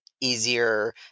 easier